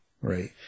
Right